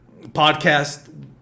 podcast